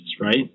right